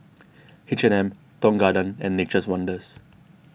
H and M Tong Garden and Nature's Wonders